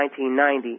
1990